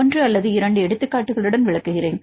1 அல்லது 2 எடுத்துக்காட்டுகளை காட்டுகிறேன்